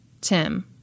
Tim